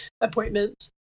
appointments